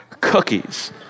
cookies